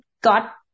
got